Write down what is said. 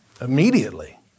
Immediately